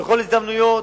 בכל הזדמנות,